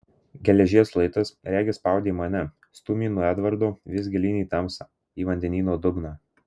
geležies luitas regis spaudė mane stūmė nuo edvardo vis gilyn į tamsą į vandenyno dugną